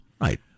Right